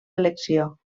elecció